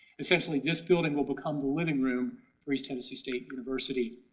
essentially, this building will become the living room for east tennessee state university.